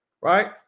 right